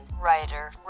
writer